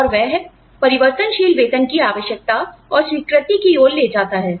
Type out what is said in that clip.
और वह परिवर्तनशील वेतन की आवश्यकता और स्वीकृति की ओर ले जाता है